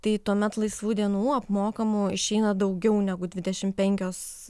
tai tuomet laisvų dienų apmokamų išeina daugiau negu dvidešim penkios